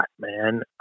man